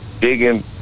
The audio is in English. digging